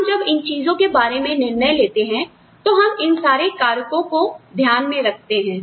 तो हम जब इन चीजों के बारे में निर्णय लेते हैं तो हम इन सारे कारकों को ध्यान में रखते हैं